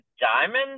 Diamond